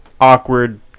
awkward